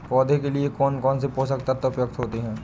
पौधे के लिए कौन कौन से पोषक तत्व उपयुक्त होते हैं?